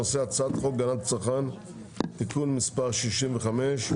על סדר-היום: הצעת חוק הגנת הצרכן (תיקון מס' 65)